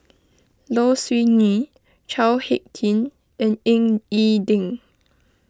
Low Siew Nghee Chao Hick Tin and Ying E Ding